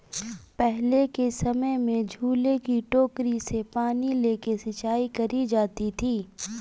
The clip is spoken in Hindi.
पहले के समय में झूले की टोकरी से पानी लेके सिंचाई करी जाती थी